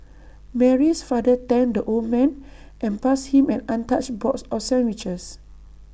Mary's father thanked the old man and passed him an untouched box of sandwiches